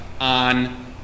on